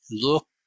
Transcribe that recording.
look